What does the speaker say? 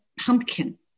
Pumpkin